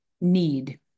need